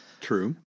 True